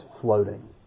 floating